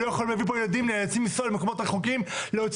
הם לא יכולים להביא פה ילדים,